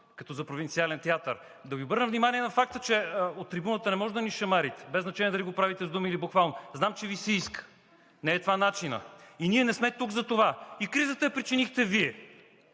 като за провинциален театър, да Ви обърна внимание на факта, че от трибуната не можете да ни шамарите – без значение дали го правите с думи или буквално. Знам, че Ви се иска, не е това начинът и ние не сме тук за това. И кризата я причинихте Вие!